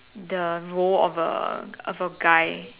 the role of a of a guy